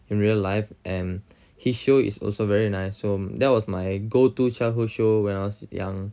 in real life and his shows is also very nice so that was my go to childhood show when I was young